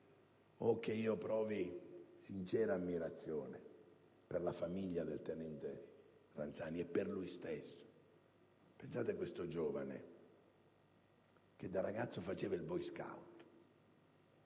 che provo per la famiglia del tenente Ranzani e per lui stesso. Pensate a questo giovane che da ragazzo faceva il *boyscout*